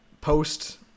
post